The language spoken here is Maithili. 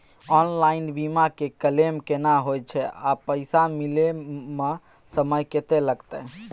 ऑनलाइन बीमा के क्लेम केना होय छै आ पैसा मिले म समय केत्ते लगतै?